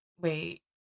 Wait